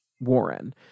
Warren